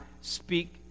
speak